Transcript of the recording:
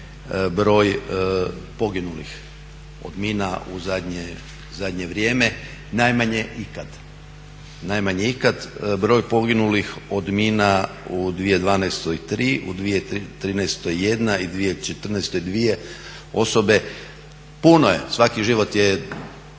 broj poginulih od mina u zadnje vrijeme, najmanje ikad. Broj poginulih od mina u 2012. je 3, u 2013. 1, i 2014. 2 osobe. Puno je, svaki život je